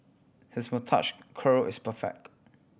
his moustache curl is perfect